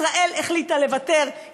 ישראל החליטה לוותר,